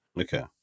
Okay